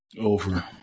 Over